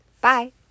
Bye